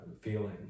feeling